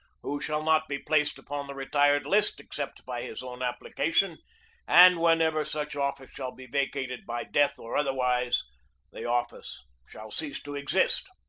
who shall not be placed upon the retired list except by his own application and whenever such office shall be vacated by death or otherwise the office shall cease to exist.